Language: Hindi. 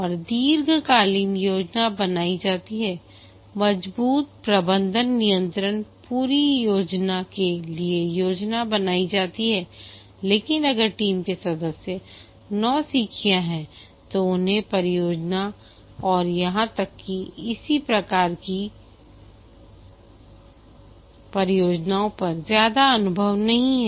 और दीर्घकालिक योजना बनाई जाती है मजबूत प्रबंधन नियंत्रण पूरी परियोजना के लिए योजना बनाई जाती हैलेकिन अगर टीम के सदस्य नौसिखिया हैं तो उन्हें परियोजनाओं और यहां तक कि इसी प्रकार की परियोजनाओं पर ज्यादा अनुभव नहीं है